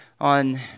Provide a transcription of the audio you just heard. On